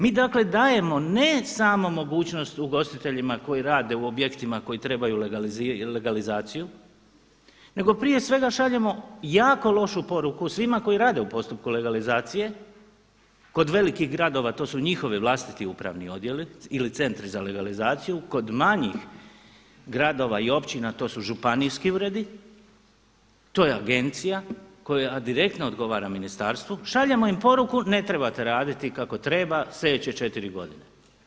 Mi dakle dajemo ne samo mogućnost ugostiteljima koji rade u objektima koje trebaju legalizaciju, nego prije svega šaljemo jako lošu poruku svima koji rade u postupku legalizacije kod velikih gradova, to su njihovi vlastiti upravni odjeli ili centri za legalizaciju kod manjih gradova i općina to su županijski uredi, to je agencija koja direktno odgovara ministarstvu, šaljemo im poruku ne trebate raditi kako treba sljedeće četiri godine.